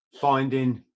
finding